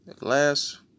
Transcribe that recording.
Last